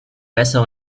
besser